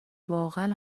واقعا